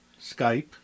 Skype